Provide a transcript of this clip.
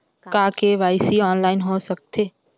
का KYC online हो सकथे?